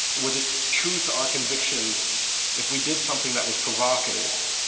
was it true to our convictions if we did something that was provocative